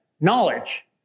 knowledge